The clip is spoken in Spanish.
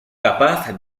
capaz